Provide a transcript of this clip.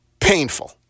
Painful